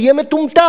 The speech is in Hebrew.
הוא יהיה מטומטם.